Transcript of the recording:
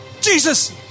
Jesus